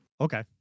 okay